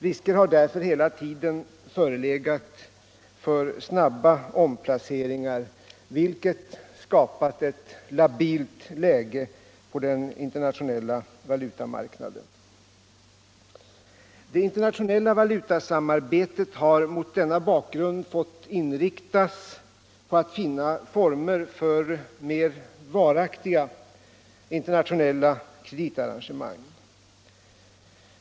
Risker har därför hela tiden förelegat för snabba omplaceringar, vilket skapat ett labilt läge på den internationella valutamarknaden. Det internationella valutasamarbetet har mot denna bakgrund fått inriktas på att finna former för mer varaktiga internationella kreditarrangemang.